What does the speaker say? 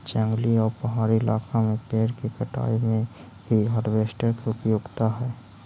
जंगली आउ पहाड़ी इलाका में पेड़ के कटाई में भी हार्वेस्टर के उपयोगिता हई